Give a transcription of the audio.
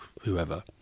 whoever